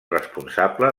responsable